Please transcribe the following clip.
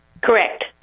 Correct